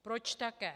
Proč také?